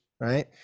right